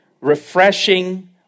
Refreshing